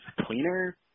cleaner